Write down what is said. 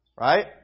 Right